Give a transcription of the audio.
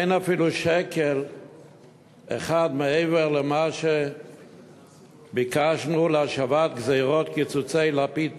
אין אפילו שקל אחד מעבר למה שביקשנו להשבת גזירות קיצוצי לפיד,